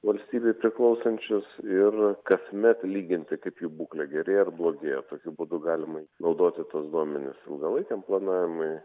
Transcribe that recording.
valstybei priklausančius ir kasmet lyginti kaip jų būklė gerėja ar blogėja tokiu būdu galima naudoti tuos duomenis ilgalaikiam planavimui